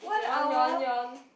yawn yawn yawn